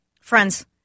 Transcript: Friends